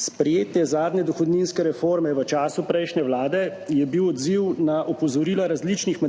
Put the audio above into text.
Sprejetje zadnje dohodninske reforme v času prejšnje vlade je bil odziv na opozorila različnih